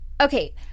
Okay